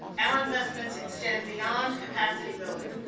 our investments extend beyond capacity building.